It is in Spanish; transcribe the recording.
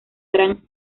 gran